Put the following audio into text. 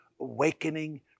awakening